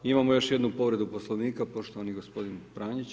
Imamo još jednu povredu Poslovnika, poštovani gospodin Pranić.